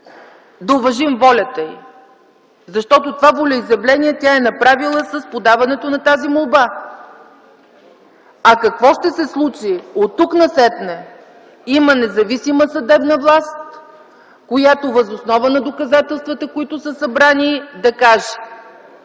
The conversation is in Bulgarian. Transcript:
да уважим волята й, защото това волеизявление тя е направила с подаването на тази молба. А какво ще се случи оттук насетне – има независима съдебна власт, която въз основа на събраните доказателства ще каже